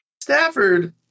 Stafford